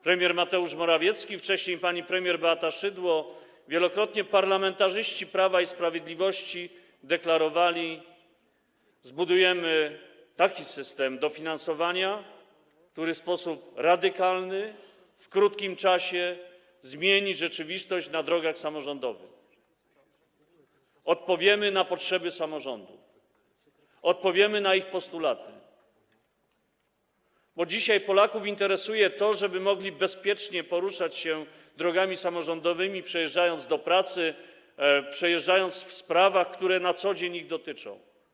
Premier Mateusz Morawiecki, wcześniej pani premier Beata Szydło i parlamentarzyści Prawa i Sprawiedliwości wielokrotnie deklarowali: zbudujemy system dofinansowania, który w sposób radykalny w krótkim czasie zmieni rzeczywistość na drogach samorządowych, odpowiemy na potrzeby samorządów, odpowiemy na ich postulaty, bo dzisiaj Polaków interesuje to, żeby mogli bezpiecznie poruszać się drogami samorządowymi, przejeżdżając nimi do pracy, przejeżdżając nimi w sprawach, które na co dzień ich dotyczą.